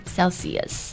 Celsius